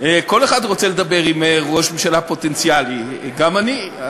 כל אחד רוצה לדבר עם ראש ממשלה פוטנציאלי, גם אני.